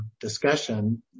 discussion